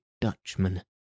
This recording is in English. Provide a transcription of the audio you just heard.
Dutchman